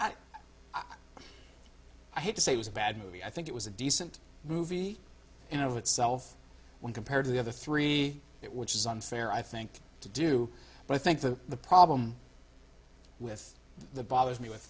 mean i hate to say it was a bad movie i think it was a decent movie in of itself when compared to the other three it which is unfair i think to do but i think that the problem with the bothers me with